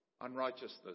unrighteousness